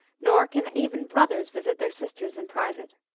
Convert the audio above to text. nor can even brothers visit their sisters in private.